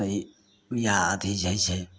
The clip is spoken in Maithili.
तऽ ई इहए अथी जे होइ छै